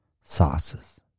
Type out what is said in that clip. sauces